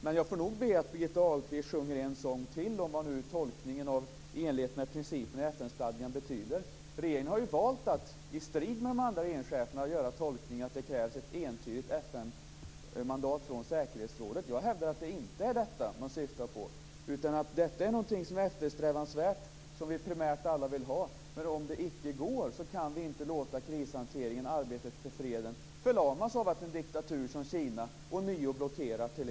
Men jag får nog be att Birgitta Ahlqvist sjunger en sång till om vad tolkningen "i enlighet med principerna i FN-stadgan" betyder. Regeringen har ju valt att i strid med de andra regeringscheferna göra tolkningen att det krävs ett entydigt FN-mandat från säkerhetsrådet. Jag hävdar att det inte är detta man syftar på. Detta är någonting som är eftersträvansvärt, som vi alla primärt vill ha, men om det icke går kan vi inte låta krishanteringen och arbetet för freden förlamas av att t.ex. en diktatur som Kina ånyo blockerar.